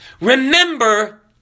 Remember